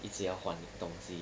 一直要换东西